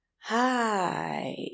Hi